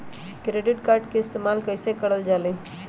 Credit card के इस्तेमाल कईसे करल जा लई?